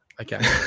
Okay